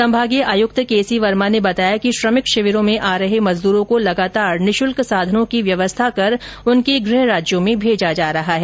संभागीय आयुक्त K C Verma ने बताया कि श्रमिक शिविरों में आ रहे मजदूरों को लगातार निःशुल्क साधनों की व्यवस्था कर उनके गृह राज्यों में भेजा जा रहा है